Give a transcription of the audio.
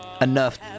enough